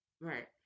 right